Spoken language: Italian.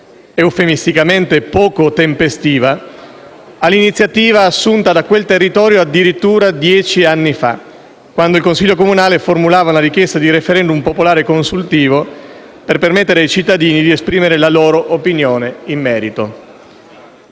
eufemisticamente poco tempestiva, all'iniziativa assunta da quel territorio addirittura dieci anni fa, quando il Consiglio comunale formulava la richiesta di *referendum* popolare consultivo per permettere ai cittadini di esprimere la loro opinione in merito.